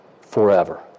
forever